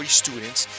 students